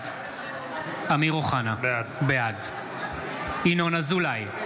בעד אמיר אוחנה, בעד ינון אזולאי,